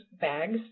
bags